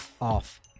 off